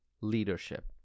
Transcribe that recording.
leadership